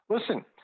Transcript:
listen –